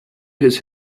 his